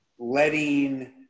letting